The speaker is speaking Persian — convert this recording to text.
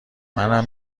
منم